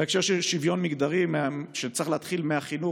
בהקשר של שוויון מגדרי שצריך להתחיל מהחינוך,